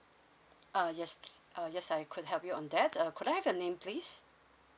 uh yes uh yes I could help you on that uh could I have your name please